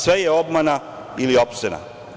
Sve je obmana ili opsena.